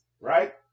right